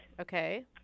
Okay